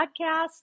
podcast